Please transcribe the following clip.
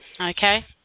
Okay